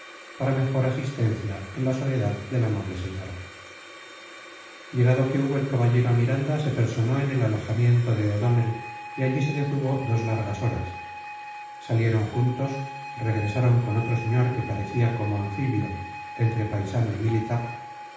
para mejor asistencia en la soledad de la noble señora llegado que hubo el caballero a miranda se personó en el alojamiento de o'donnell y allí se estuvo dos largas horas salieron juntos regresaron con otro señor que parecía como anfibio entre paisano y militar